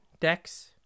decks